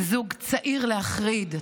הם זוג צעיר להחריד.